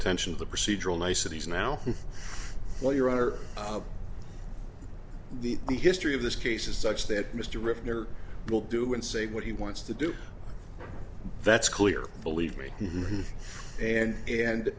attention to the procedural niceties now while your honor the history of this case is such that mr ritter will do and say what he wants to do that's clear believe me and and